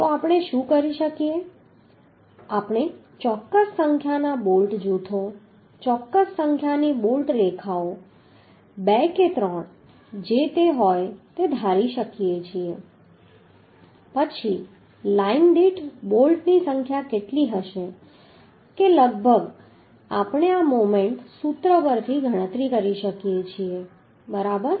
તો આપણે શું કરી શકીએ આપણે ચોક્કસ સંખ્યાના બોલ્ટ જૂથો ચોક્કસ સંખ્યાની બોલ્ટ રેખાઓ બે કે ત્રણ જે તે હોય તે ધારી શકીએ પછી લાઇન દીઠ બોલ્ટની સંખ્યા કેટલી હશે કે લગભગ આપણે આ મોમેન્ટ સૂત્ર પરથી ગણતરી કરી શકીએ છીએ બરાબર